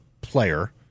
player